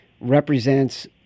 represents